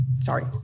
Sorry